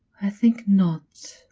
i think not,